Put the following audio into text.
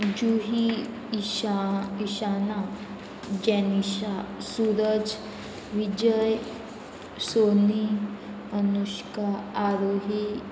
Juhi Isha Ishana Jenisha Suraj Vijay Soni Anushka Aarohi